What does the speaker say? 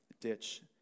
ditch